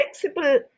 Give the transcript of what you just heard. flexible